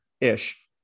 ish